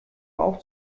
auch